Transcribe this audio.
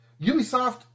Ubisoft